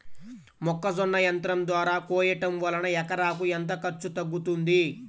మొక్కజొన్న యంత్రం ద్వారా కోయటం వలన ఎకరాకు ఎంత ఖర్చు తగ్గుతుంది?